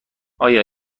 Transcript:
آیا